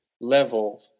level